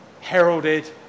heralded